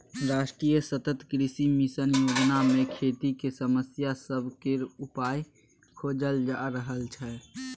राष्ट्रीय सतत कृषि मिशन योजना मे खेतीक समस्या सब केर उपाइ खोजल जा रहल छै